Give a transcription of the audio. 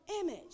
image